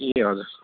ए हजुर